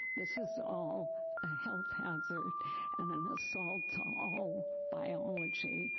this is all a health hazard and an assault on all biology,